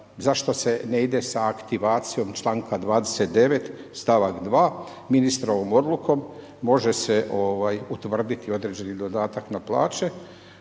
zašto se ne ide sa aktivacijom članka 29. stavak 2., ministrovom odlukom može se utvrditi određeni dodatak na plaće